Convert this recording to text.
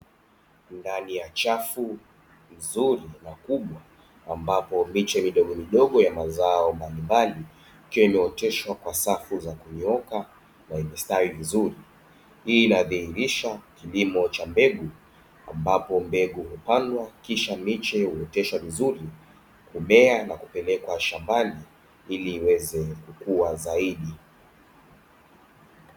Ndani ya chafu nzuri na kubwa, ambapo miche midogomidogo ya mazao mbalimbali, ikiwa imeoteshwa kwa safu za kunyooka na imestawi vizuri. Hii inadhihirisha kilimo cha mbegu, ambapo mbegu hupandwa kisha miche huoteshwa vizuri, kumea na kupelekwa shambani ili iweze kukua zaidi.